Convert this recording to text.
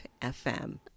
FM